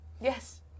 Yes